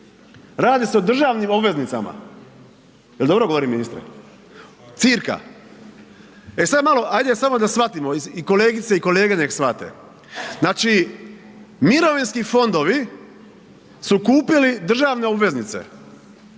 radi se o državnim obveznicama. Jel dobro govorim ministre? Cirka. E sada ajde samo da shvatimo i kolegice i kolege nek shvate, znači mirovinski fondovi su kupili državne obveznice